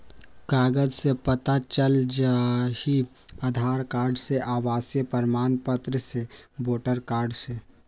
कागज से पता चल जाहई, आधार कार्ड से, आवासीय प्रमाण पत्र से, वोटर कार्ड से?